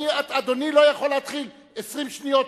אדוני לא יכול להתחיל 20 שניות,